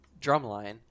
Drumline